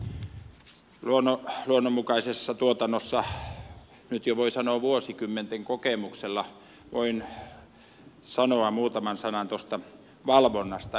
luonnonmukaiseen tuotantoon liittyen voin sanoa nyt voi jo sanoa vuosikymmenten kokemuksella muutaman sanan tuosta valvonnasta